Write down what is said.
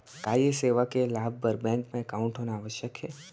का ये सेवा के लाभ बर बैंक मा एकाउंट होना आवश्यक हे